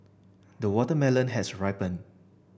the watermelon has ripened